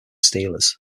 steelers